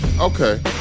okay